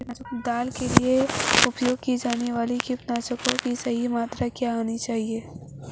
दाल के लिए उपयोग किए जाने वाले कीटनाशकों की सही मात्रा क्या होनी चाहिए?